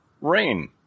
rain